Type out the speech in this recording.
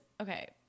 okay